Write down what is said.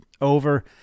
over